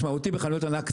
זה משמעותי בחנויות ענק.